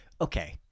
okay